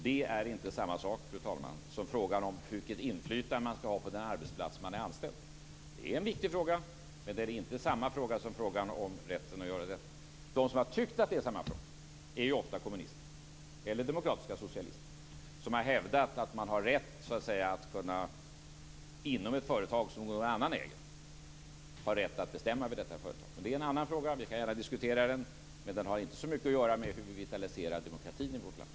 Det är inte samma sak, fru talman, som frågan om vilket inflytande man skall ha på den arbetsplats där man är anställd. Det är en viktig fråga, men det är inte samma fråga som frågan om rätten att göra detta. De som har tyckt att det är samma fråga är ju ofta kommunister eller demokratiska socialister som har hävdat att man, inom ett företag som någon annan äger, har rätt att bestämma över detta företag. Men det är en annan fråga. Vi kan gärna diskutera den, men den har inte så mycket att göra med hur vi vitaliserar demokratin i vårt land.